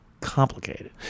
complicated